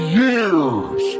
years